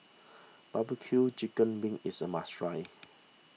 Barbecue Chicken Wings is a must try